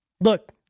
Look